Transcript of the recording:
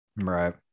right